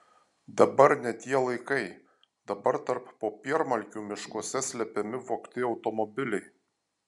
dabar ne tie laikai dabar tarp popiermalkių miškuose slepiami vogti automobiliai